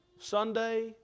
Sunday